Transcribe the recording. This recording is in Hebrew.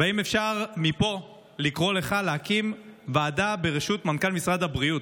והאם אפשר מפה לקרוא לך להקים ועדה בראשות מנכ"ל משרד הבריאות,